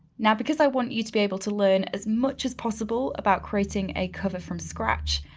now, because i want you to be able to learn as much as possible about creating a cover from scratch,